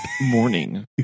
morning